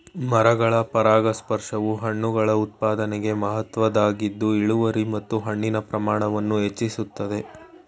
ಮರಗಳ ಪರಾಗಸ್ಪರ್ಶವು ಹಣ್ಣುಗಳ ಉತ್ಪಾದನೆಗೆ ಮಹತ್ವದ್ದಾಗಿದ್ದು ಇಳುವರಿ ಮತ್ತು ಹಣ್ಣಿನ ಪ್ರಮಾಣವನ್ನು ಹೆಚ್ಚಿಸ್ತದೆ